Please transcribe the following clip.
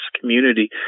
community